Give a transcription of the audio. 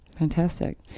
Fantastic